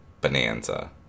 Bonanza